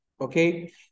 okay